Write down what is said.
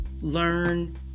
learn